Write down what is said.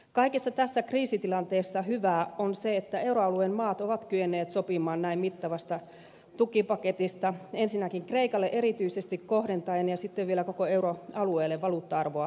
kaikessa tässä kriisitilanteessa hyvää on se että euroalueen maat ovat kyenneet sopimaan näin mittavasta tukipaketista ensinnäkin kreikalle erityisesti kohdentaen ja sitten vielä koko euroalueelle valuutta arvoa vakauttaakseen